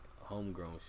Homegrown